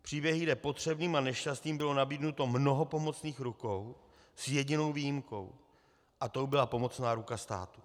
Příběhy, kde potřebným a nešťastným bylo nabídnuto mnoho pomocných rukou, s jedinou výjimkou, a tou byla pomocná ruka státu.